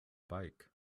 bike